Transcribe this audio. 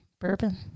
bourbon